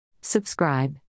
Subscribe